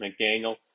McDaniel